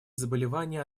заболевание